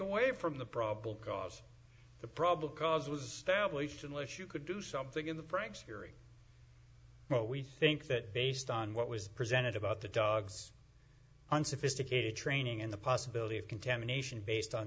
away from the probable cause the problem cause was tabloids unless you could do something in the pranks theory well we think that based on what was presented about the dogs on sophisticated training in the possibility of contamination based on